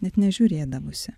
net nežiūrėdavusi